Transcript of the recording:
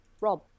Rob